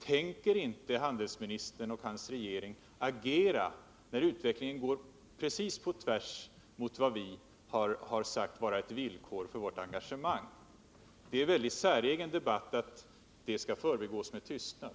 Tänker inte handelsministern och hans regering agera, när utvecklingen går precis tvärs emot vad vi har sagt vara ett villkor för vårt engagemang? Det är en säregen debatt att detta skall förbigås med tystnad.